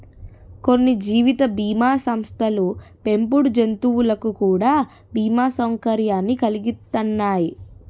కొన్ని జీవిత బీమా సంస్థలు పెంపుడు జంతువులకు కూడా బీమా సౌకర్యాన్ని కలిగిత్తన్నాయి